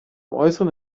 äußeren